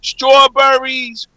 Strawberries